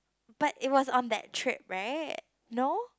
but it was on that trip right no